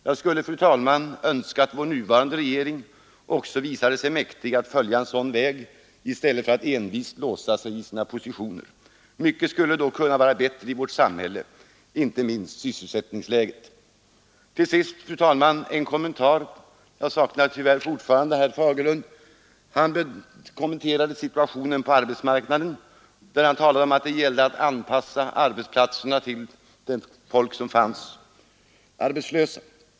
Jag skulle, fru talman, önska att vår nuvarande regering också visade sig mäktig att följa en sådan väg i stället för att envist låsa sig i sina positioner. Mycket skulle då kunna vara bättre i vårt samhälle — inte minst sysselsättningsläget. Till sist, fru talman, en kommentar till vad herr Fagerlund sade — jag saknar honom tyvärr fortfarande här i kammaren! Han sade beträffande situationen på arbetsmarknaden att det gällde att anpassa arbetsplatserna till de arbetssökande.